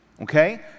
Okay